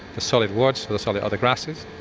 the solid woods, the solid other grasses,